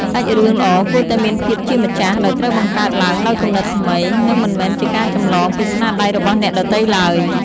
សាច់រឿងល្អគួរតែមានភាពជាម្ចាស់ ដោយត្រូវបង្កើតឡើងដោយគំនិតថ្មី និងមិនមែនជាការចម្លងពីស្នាដៃរបស់អ្នកដទៃឡើយ។